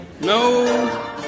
No